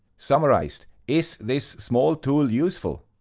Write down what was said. summarized is this small tool useful?